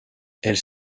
elles